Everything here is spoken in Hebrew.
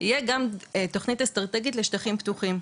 תהיה גם תוכנית אסטרטגית לשטחים פתוחים,